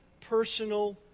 personal